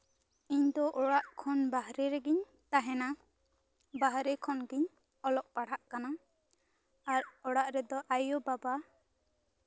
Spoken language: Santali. ᱤᱧ ᱫᱚ ᱚᱲᱟᱜ ᱠᱷᱚᱱ ᱵᱟᱦᱨᱮ ᱨᱮᱜᱤᱧ ᱛᱟᱦᱮᱱᱟ ᱵᱟᱦᱨᱮ ᱠᱷᱚᱱᱜᱤᱧ ᱚᱞᱚᱜ ᱯᱟᱲᱦᱟᱜ ᱠᱟᱱᱟ ᱟᱨ ᱚᱲᱟᱜ ᱨᱮᱫᱚ ᱟᱭᱳ ᱵᱟᱵᱟ